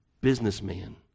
businessman